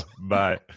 Bye